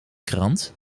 krant